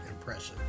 impressive